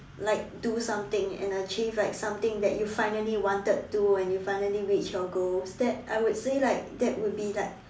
like do something and achieve like something that you finally wanted to and you finally reached your goals then I would say like that would be like